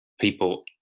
people